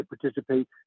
participate